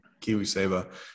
KiwiSaver